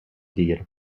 dire